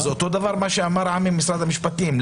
זה אותו דבר כמו שאמר עמי ממשרד המשפטים,